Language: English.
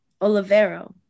Olivero